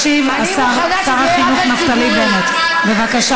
ישיב השר, שר החינוך נפתלי בנט, בבקשה.